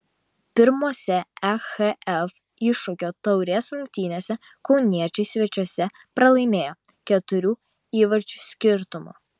pirmose ehf iššūkio taurės rungtynėse kauniečiai svečiuose pralaimėjo keturių įvarčių skirtumu